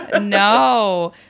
no